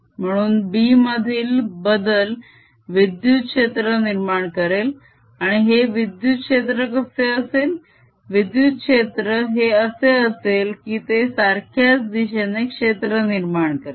म्हणून B मधील बदल विद्युत क्षेत्र निर्माण करेल आणि हे विद्युत क्षेत्र कसे असेल विद्युत क्षेत्र हे असे असेल की ते सारख्याच दिशेने क्षेत्र निर्माण करेल